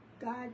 God